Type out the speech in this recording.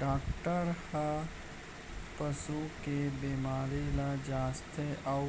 doctor हर पसू के बेमारी ल जांचथे अउ